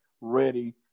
ready